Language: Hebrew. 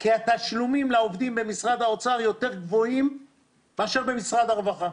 כי התשלומים לעובדים במשרד האוצר יותר גבוהים מאשר במשרד הרווחה.